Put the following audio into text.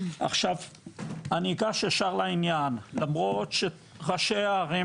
אני אגש ישר לעניין למרות שראשי הערים